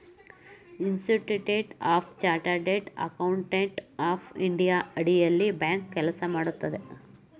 institute of chartered accountants of India ಅಡಿಯಲ್ಲಿ bank ಕೆಲಸ ಮಾಡುತ್ತದೆ